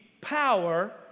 power